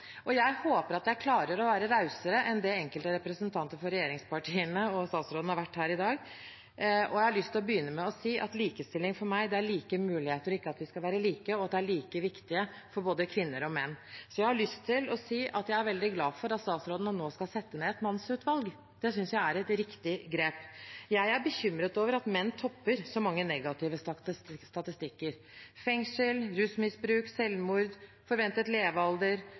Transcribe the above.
og jeg håper at jeg klarer å være rausere enn det enkelte representanter for regjeringspartiene og statsråden har vært her i dag. Jeg har lyst til å begynne med å si at likestilling for meg er like muligheter, ikke at vi skal være like, og at det er like viktig for både kvinner og menn. Så er jeg veldig glad for at statsråden nå skal sette ned et mannsutvalg. Det synes jeg er et riktig grep. Jeg er bekymret over at menn topper så mange negative statistikker: fengsel, rusmisbruk, selvmord, forventet levealder,